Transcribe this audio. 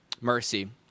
Mercy